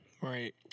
Right